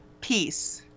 Peace